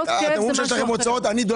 אתם אומרים שיש לכם הוצאות אני דואג